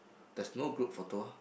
that's no group photo ah